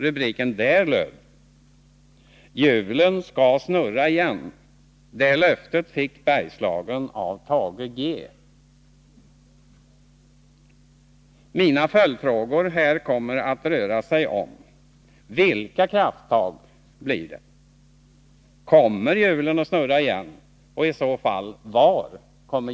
Rubriken där löd: ”Hjulen ska snurra igen — det löftet fick Bergslagen av Thage G.” Mina följdfrågor här kommer att gälla: Vilka krafttag blir det? Kommer hjulen att snurra igen och i så fall var?